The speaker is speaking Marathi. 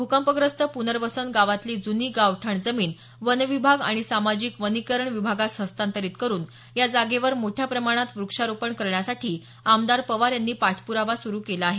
भुकंपग्रस्त पुनर्वसन गावातली जूनी गावठाण जमीन वनविभाग आणि सामाजिक वनीकरण विभागास हस्तांतरित करुन या जागेवर मोठ्या प्रमाणात व्रक्षारोपण करण्यासाठी आमदार पवार यांनी पाठप्रावा सुरू केला आहे